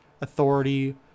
authority